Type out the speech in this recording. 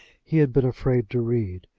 he had been afraid to read.